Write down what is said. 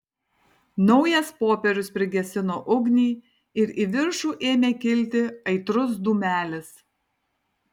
naujas popierius prigesino ugnį ir į viršų ėmė kilti aitrus dūmelis